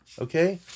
okay